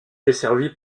desservie